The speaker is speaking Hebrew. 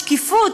בשקיפות,